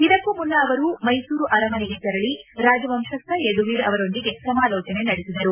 ಇದಕ್ಕೂ ಮುನ್ನ ಅವರು ಮೈಸೂರು ಅರಮನೆಗೆ ತೆರಳ ರಾಜವಂಶಸ್ತ ಯಧುವೀರ್ ಅವರೊಂದಿಗೆ ಸಮಾಲೋಚನೆ ನಡೆಸಿದರು